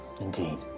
Indeed